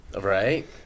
Right